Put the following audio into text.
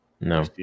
no